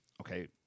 Okay